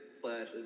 slash